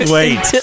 Wait